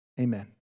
Amen